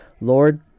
Lord